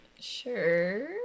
Sure